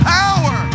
power